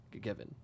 given